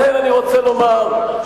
ולכן אני רוצה לומר,